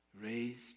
raised